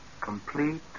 Complete